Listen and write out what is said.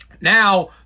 Now